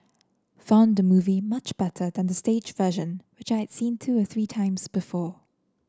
found the movie much better than the stage version which I had seen two or three times before